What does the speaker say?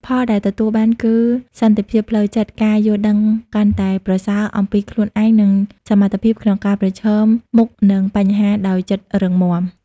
ផលដែលទទួលបានគឺ សន្តិភាពផ្លូវចិត្ត ការយល់ដឹងកាន់តែប្រសើរអំពីខ្លួនឯង និងសមត្ថភាពក្នុងការប្រឈមមុខនឹងបញ្ហាដោយចិត្តរឹងមាំ។